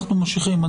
ממשיכים.